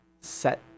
set